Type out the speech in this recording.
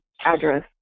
address